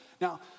Now